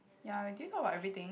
ya did we talk about everything